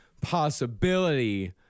possibility